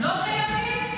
לא קיימים?